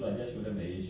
ah